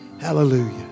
hallelujah